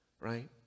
right